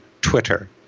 Twitter